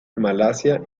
malasia